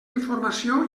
informació